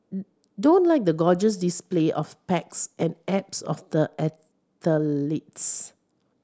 don't like the gorgeous display of pecs and abs of the athletes